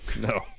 No